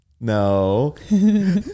no